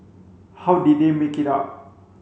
how did they make it up